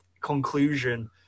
conclusion